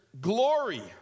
glory